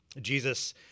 Jesus